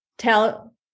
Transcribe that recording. Tell